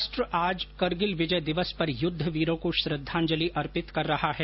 राष्ट्र आज करगिल विजय दिवस पर युद्ध वीरों को श्रद्धांजलि अर्पित कर रहा है